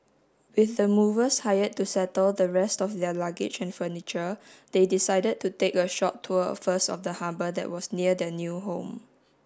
with the movers hired to settle the rest of their luggage and furniture they decided to take a short tour first of the harbour that was near their new home